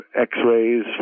X-rays